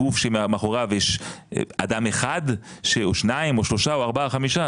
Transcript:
גוף שמאחוריו יש אדם אחד או שניים או שלושה או ארבעה או חמישה,